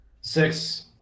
Six